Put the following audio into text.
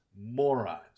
morons